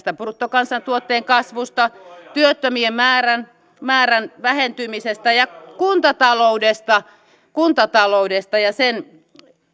bruttokansantuotteen kasvusta työttömien määrän määrän vähentymisestä ja kuntataloudesta kuntataloudesta ja sen